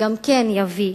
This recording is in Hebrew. גם יביא